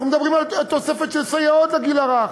אנחנו מדברים על תוספת של סייעות לגיל הרך.